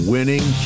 Winning